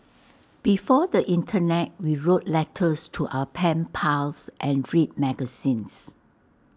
before the Internet we wrote letters to our pen pals and read magazines